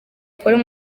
polly